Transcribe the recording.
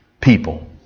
people